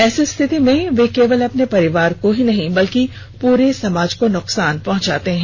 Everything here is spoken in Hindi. ऐसी स्थिति में वे केवल अपने परिवार को ही नहीं बल्कि पूरे समाज को नुकसान पहुंचाते हैं